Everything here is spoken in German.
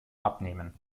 abnehmen